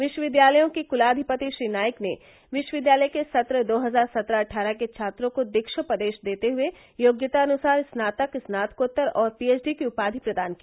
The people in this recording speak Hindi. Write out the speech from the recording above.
विश्वविद्यालयों के कुलाधिपति श्री नाईक ने विश्वविद्यालय के सत्र दो हजार सत्रह अट्ठारह के छात्रों को दीक्षोपदेश देते हुए योग्यतानुसार स्नातक स्नाकोत्तर और पीएच डी की उपाधि प्रदान की